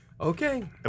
Okay